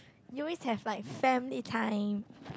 you always have like family time